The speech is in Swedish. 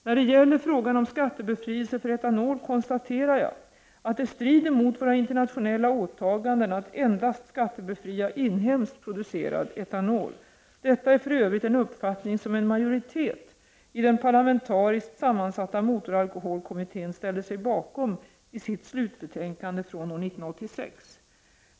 När det gäller frågan om skattebefrielse för etanol konstaterar jag att det strider mot våra internationella åtaganden att endast skattebefria inhemskt producerad etanol. Detta är för övrigt en uppfattning som en majoritet i den parlamentariskt sammansatta motoralkoholkommittén ställde sig bakom i sitt slutbetänkande från år 1986.